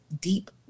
deep